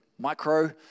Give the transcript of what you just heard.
Micro